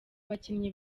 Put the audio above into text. bakinnyi